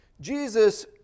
Jesus